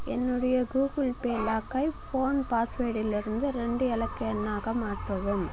என்னுடைய Google Pay லாக்கை phone பாஸ்வேர்டிலிருந்து ரெண்டு இலக்க எண்ணாக மாற்றவும்